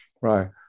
right